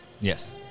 Yes